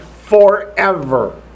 forever